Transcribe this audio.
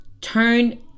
turn